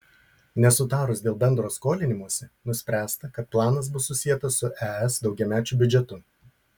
nesutarus dėl bendro skolinimosi nuspręsta kad planas bus susietas su es daugiamečiu biudžetu